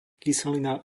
kyselina